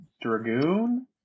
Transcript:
Dragoon